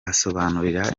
asobanura